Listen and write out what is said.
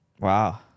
Wow